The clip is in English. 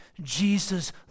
Jesus